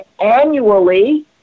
annually